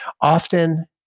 often